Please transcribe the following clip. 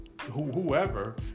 whoever